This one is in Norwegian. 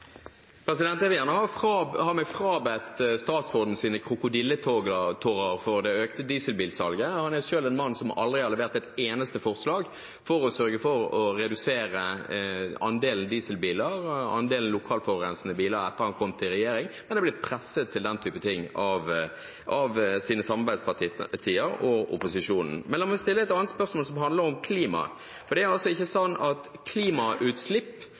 en mann som aldri har levert et eneste forslag for å sørge for å redusere andelen dieselbiler eller andelen lokal forurensende biler etter at han kom i regjering, men er blitt presset til den typen ting av sine samarbeidspartier og opposisjonen. La meg stille et annet spørsmål som handler om klimaet. Det er ikke sånn at klimautslipp